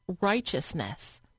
righteousness